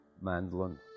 mandolin